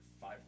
five